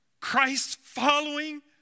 Christ-following